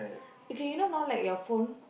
okay you know now like your phone